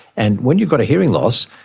and when you've got a hearing loss,